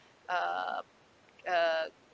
uh uh